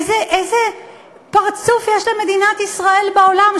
איזה פרצוף יש למדינת ישראל בעולם,